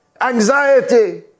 anxiety